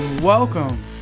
Welcome